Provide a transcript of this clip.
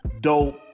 dope